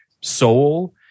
soul